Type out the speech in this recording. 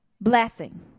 blessing